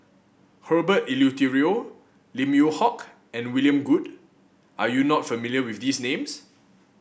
Herbert Eleuterio Lim Yew Hock and William Goode are you not familiar with these names